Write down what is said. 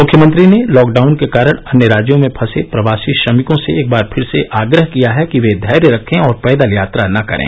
मुख्यमंत्री ने लॉकडाउन के कारण अन्य राज्यों में फंसे प्रवासी श्रमिकों से एक बार फिर आग्रह किया है कि वे धैर्य रखें और पैदल यात्रा न करें